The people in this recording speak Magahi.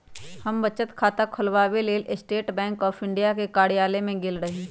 हम बचत खता ख़ोलबाबेके लेल स्टेट बैंक ऑफ इंडिया के कर्जालय में गेल रही